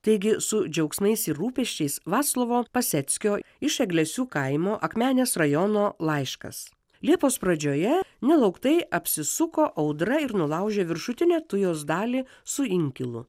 taigi su džiaugsmais ir rūpesčiais vaclovo paseckio iš eglesių kaimo akmenės rajono laiškas liepos pradžioje nelauktai apsisuko audra ir nulaužė viršutinę tujos dalį su inkilu